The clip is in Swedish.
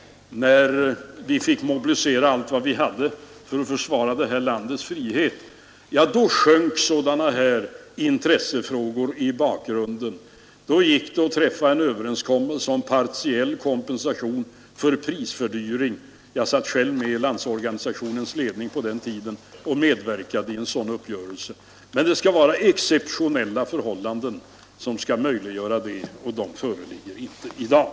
Då fick vi mobilisera allt vad vi hade för att försvara det här landets frihet, och då sjönk alla andra intressefrågor undan. Då gick det att träffa en överenskommelse om partiell kompensation för prisfördyring; jag satt själv med i Landsorganisationens ledning på den tiden och medverkade vid en sådan uppgörelse. Men det skall vara exceptionella förhållanden som skall möjliggöra det, och sådana föreligger inte i dag.